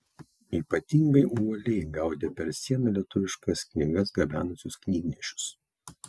ypatingai uoliai gaudė per sieną lietuviškas knygas gabenusius knygnešius